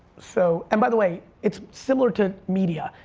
so and by the way, it's similar to media.